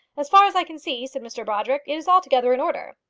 as far as i can see, said mr brodrick, it is altogether in order.